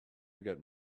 get